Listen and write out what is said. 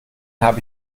habe